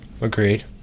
agreed